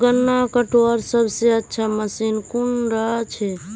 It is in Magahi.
गन्ना कटवार सबसे अच्छा मशीन कुन डा छे?